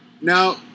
Now